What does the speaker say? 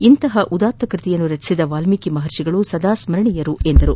ಇಂತಹ ಕೃತಿಯನ್ನು ರಚಿಸಿದ ವಾಲ್ಮೀಕಿ ಮಪರ್ಷಿಗಳು ಸದಾ ಸ್ಮರಣೀಯರು ಎಂದರು